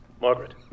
Margaret